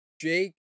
Jake